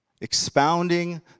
expounding